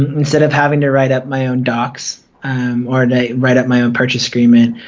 instead of having to write up my own docs or and write up my own purchase agreement,